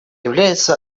являются